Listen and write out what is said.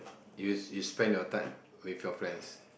you you spend your time with your friends